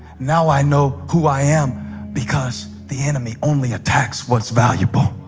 now i know who i am because the enemy only attacks. what's valuable